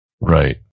Right